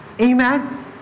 amen